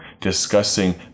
discussing